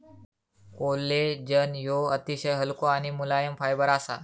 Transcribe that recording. collagen ह्यो अतिशय हलको आणि मुलायम फायबर असा